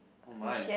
oh mine